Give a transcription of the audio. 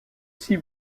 six